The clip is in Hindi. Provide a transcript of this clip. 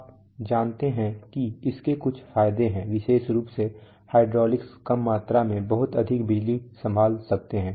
आप जानते हैं कि इसके कुछ फायदे हैं विशेष रूप से हाइड्रॉलिक्स कम मात्रा में बहुत अधिक बिजली संभाल सकते हैं